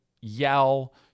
yell